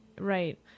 Right